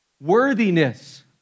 worthiness